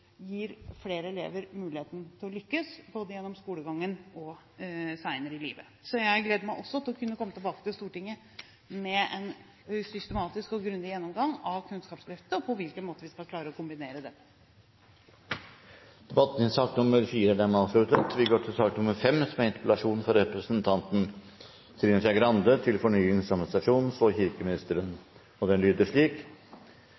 gir flere elever mulighet til å lykkes både gjennom skolegangen og senere i livet. Så jeg gleder meg også til å komme tilbake til Stortinget med en systematisk og grundig gjennomgang av Kunnskapsløftet og på hvilken måte vi skal klare å kombinere dette. Debatten i sak nr. 4 er dermed avsluttet. Det er mange minoriteter som opp igjennom norsk historie har blitt behandlet dårlig av norske myndigheter. Romfolket er